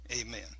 amen